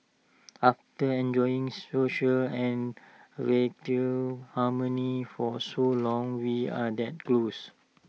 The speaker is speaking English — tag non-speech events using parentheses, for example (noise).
after enjoying social and radio harmony for so long (noise) we are that close